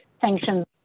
sanctions